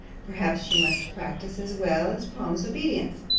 perhaps she must practise as well as promise obedience,